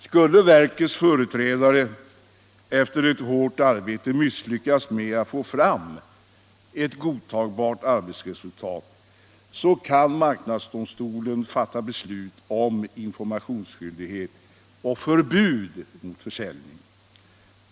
Skulle verkets företrädare efter ett hårt arbete misslyckas med att få fram ett godtagbart resultat, kan marknadsdomstolen fatta beslut om informationsskyldighet och förbud mot försäljning.